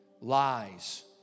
Lies